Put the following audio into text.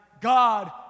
God